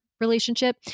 relationship